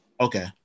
Okay